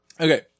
Okay